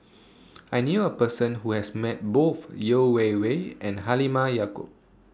I knew A Person Who has Met Both Yeo Wei Wei and Halimah Yacob